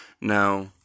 Now